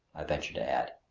i ventured to add.